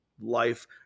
life